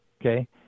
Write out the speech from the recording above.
Okay